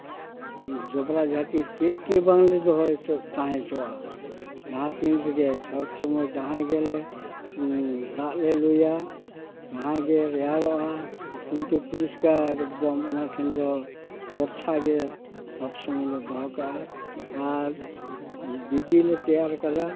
ᱡᱚᱵᱨᱟ ᱡᱷᱟᱹᱴᱤ ᱪᱮᱫ ᱜᱮ ᱵᱟᱝᱞᱮ ᱫᱚᱦᱚᱭᱟ ᱛᱚ ᱛᱟᱦᱮᱸ ᱦᱚᱪᱚᱣᱟᱜᱼᱟ ᱡᱟᱦᱟᱸ ᱛᱤᱱ ᱨᱮᱜᱮ ᱥᱚᱵᱥᱚᱢᱚᱭ ᱡᱟᱦᱟᱸᱭ ᱜᱮᱞᱮ ᱫᱟᱜ ᱞᱮ ᱞᱩᱭᱟ ᱡᱟᱦᱟᱸᱭ ᱜᱮ ᱨᱮᱭᱟᱲᱚᱜᱼᱟᱭ ᱩᱱᱤᱛᱚ ᱯᱚᱨᱤᱥᱠᱟᱨ ᱮᱠᱫᱚᱢ ᱚᱱᱟ ᱴᱷᱮᱱ ᱫᱚ ᱯᱷᱚᱨᱥᱟ ᱜᱮ ᱥᱚᱵᱥᱚᱢᱚᱭ ᱞᱮ ᱫᱚᱦᱚ ᱠᱟᱜᱼᱟ ᱟᱨ ᱵᱤᱫᱤ ᱞᱮ ᱛᱮᱭᱟᱨᱟᱠᱟᱫᱟ